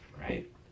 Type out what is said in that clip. right